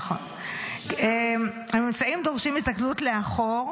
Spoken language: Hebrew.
נכון, הממצאים דורשים הסתכלות לאחור,